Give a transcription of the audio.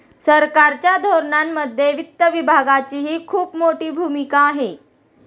सरकारच्या धोरणांमध्ये वित्त विभागाचीही खूप मोठी भूमिका आहे